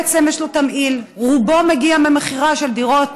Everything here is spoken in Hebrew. בעצם יש לו תמהיל רובו מגיע ממכירה של דירות,